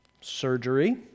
surgery